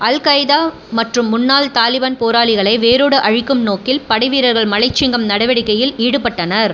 அல் Qaeda மற்றும் முன்னாள் தாலிபான் போராளிகளை வேரோடு அழிக்கும் நோக்கில் படை வீரர்கள் மலைச்சிங்கம் நடவடிக்கையில் ஈடுபட்டனர்